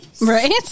Right